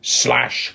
slash